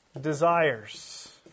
desires